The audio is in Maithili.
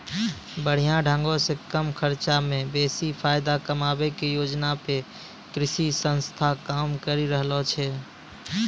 बढ़िया ढंगो से कम खर्चा मे बेसी फायदा कमाबै के योजना पे कृषि संस्थान काम करि रहलो छै